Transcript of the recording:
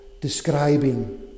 describing